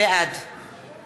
בעד